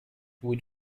would